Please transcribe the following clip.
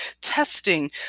testing